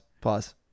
pause